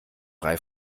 frei